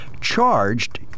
charged